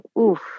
oof